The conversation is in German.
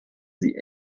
sie